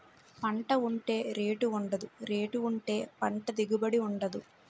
పంట ఉంటే రేటు ఉండదు, రేటు ఉంటే పంట దిగుబడి ఉండదు